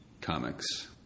comics